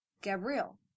Gabriel